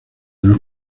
del